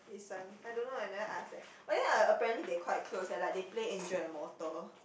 listen I don't know I never ask eh but then uh apparently they quite close leh like they play angel and mortal